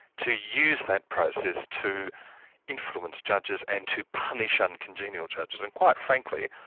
to use that process to influence judges and to punish uncongenial judges and, quite frankly,